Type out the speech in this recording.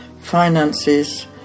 finances